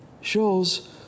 shows